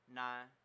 nine